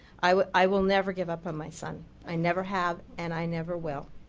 i will i will never give up on my son, i never have and i never will.